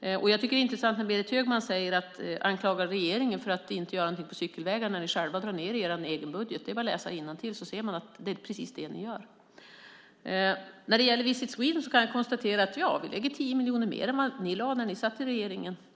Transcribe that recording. Jag tycker att det är intressant när Berit Högman anklagar regeringen för att inte göra någonting på cykelvägarna, när ni själva drar ned er budget. Det är bara att läsa innantill så ser man att det är precis det ni gör. Jag kan konstatera att vi lägger 10 miljoner mer på Visit Sweden än vad ni gjorde när ni satt i regeringen.